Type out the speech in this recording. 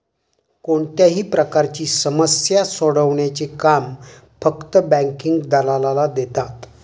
कोणत्याही प्रकारची समस्या सोडवण्याचे काम फक्त बँकिंग दलालाला देतात